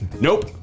Nope